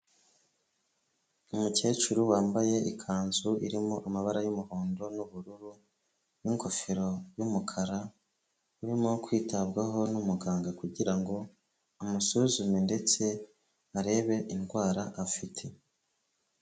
Umukecuru wambaye ikanzu irimo amabara y'umuhondo n'ubururu n'ingofero y'umukara, urimo kwitabwaho n'umuganga kugira ngo amusuzume ndetse arebe indwara afite.